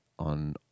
on